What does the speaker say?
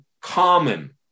common